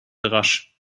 rasch